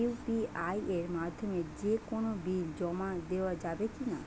UPI এর মাধ্যমে যে কোনো বিল জমা দেওয়া যাবে কি না?